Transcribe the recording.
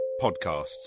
podcasts